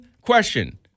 question